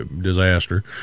disaster